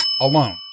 alone